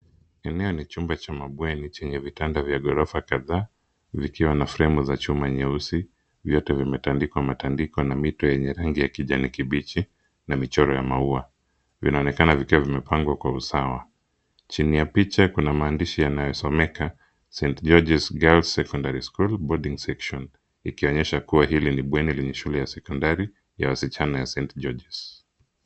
Eneo ni chumba cha mabweni chenye vitanda vya ghorofa kadhaa vikiwa na fremu za chuma nyeusi vyote vimetandikwa matandiko na mito yenye rangi ya kijani kibichi na michoro ya maua. Vinaonekana vikiwa vimepangwa kwa usawa. Chini ya picha kuna maandishi yanayosomeka Saint George's Girls Secondary School Boarding Section ikionyesha kuwa hili ni bweni lenye shule ya sekondari ya wasichana ya St.George's.